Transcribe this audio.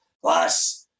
Plus